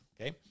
Okay